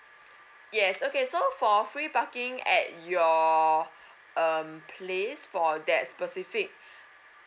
yes okay so for free parking at your um place for that specific